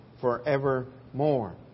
forevermore